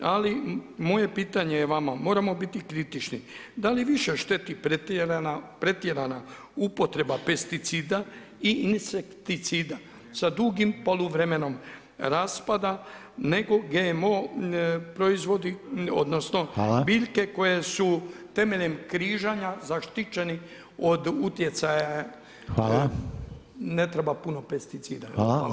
Ali moje pitanje vama, moramo biti kritični, da li više šteti pretjerana upotreba pesticida i insekticida sa dugim poluvremenom raspada nego GMO proizvodi odnosno biljke koje su temeljem križanja zaštićeni od utjecaja ne treba puno pesticida?